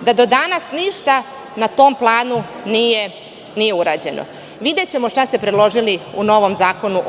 da do danas ništa na tom planu nije urađeno. Videćemo šta ste predložili u novom zakonu